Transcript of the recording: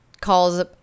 calls